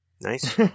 Nice